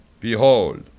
Behold